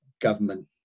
government